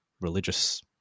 religious